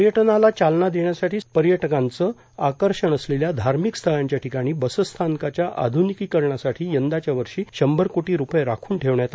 पर्यटनाला चालना देण्यासाठी स्थानिक आणि परदेशी पर्यटकांचं आकर्षण असलेल्या धार्मिक स्थळांच्या ठिकाणी बसस्थानकांच्या आध्निकीकरणासाठी यंदाच्या वर्षी शंभर कोटी रुपये राखून ठेवण्यात आले आहेत